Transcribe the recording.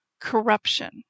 corruption